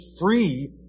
free